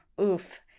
Oof